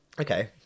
okay